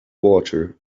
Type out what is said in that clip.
water